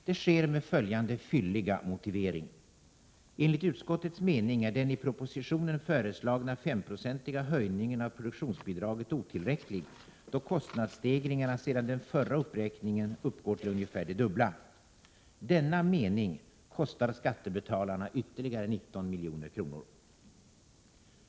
Det sker med följande fylliga motivering: ”Enligt utskottets mening är den i propositionen föreslagna 5-procentiga höjningen av produktionsbidraget otillräcklig, då kostnadsstegringarna sedan den förra uppräkningen uppgår till ungefär det dubbla.” Denna mening kostar skattebetalarna ytterligare 19 milj.kr.